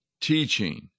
teaching